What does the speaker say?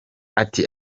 ati